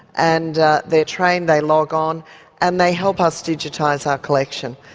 and they're trained, they log on and they help us digitise our collection.